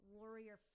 warrior